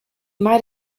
might